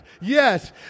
Yes